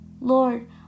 Lord